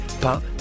pain